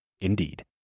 Indeed